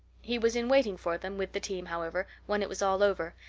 he was in waiting for them, with the team, however, when it was all over,